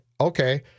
okay